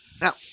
Now